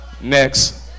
Next